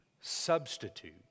substitute